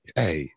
hey